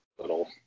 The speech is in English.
little